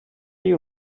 you